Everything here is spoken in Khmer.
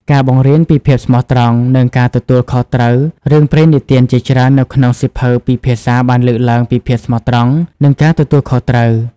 ការបង្រៀនពីភាពស្មោះត្រង់ និងការទទួលខុសត្រូវរឿងព្រេងនិទានជាច្រើននៅក្នុងសៀវភៅពីរភាសាបានលើកឡើងពីភាពស្មោះត្រង់ និងការទទួលខុសត្រូវ។